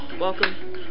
welcome